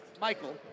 Michael